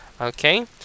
Okay